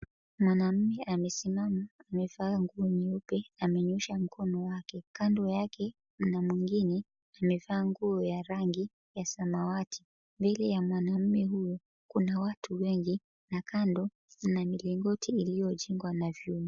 Mwanaume amesimama amevaa nguo nyeupe amenyoosha mkono wake. Kando yake mna mwingine amevaa nguo ya rangi ya samawati. Mbele ya mwanamume huyo, kuna watu wengi na kando na milingoti iliyojengwa na vyuma.